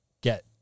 get